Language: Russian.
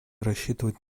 рассчитывать